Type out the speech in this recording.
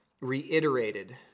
reiterated